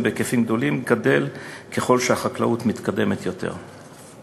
בהיקפים גדולים גדל ככל שהחקלאות מתקדמת יותר.